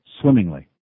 swimmingly